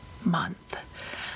month